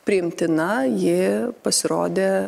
priimtina ji pasirodė